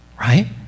right